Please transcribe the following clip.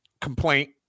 complaint